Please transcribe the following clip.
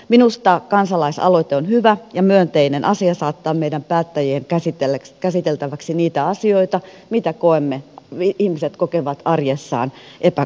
minusta kansalaisaloite on hyvä ja myönteinen asia saattaa meidän päättäjien käsiteltäväksi niitä asioita mitä ihmiset kokevat arjessaan epäkohdiksi